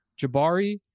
Jabari